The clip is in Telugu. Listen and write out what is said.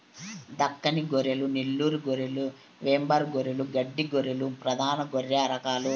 దక్కని గొర్రెలు, నెల్లూరు గొర్రెలు, వెంబార్ గొర్రెలు, గడ్డి గొర్రెలు ప్రధాన గొర్రె రకాలు